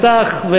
אני אפתח,